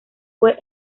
fue